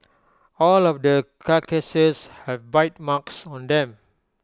all of the carcasses have bite marks on them